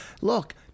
Look